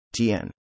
tn